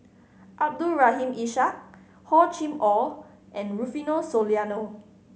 Abdul Rahim Ishak Hor Chim Or and Rufino Soliano